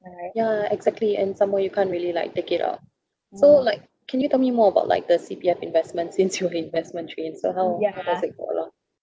yeah exactly and some more you can't really like take it out so like can you tell me more about like the C_P_F investments since you're investment trained so how how's it work out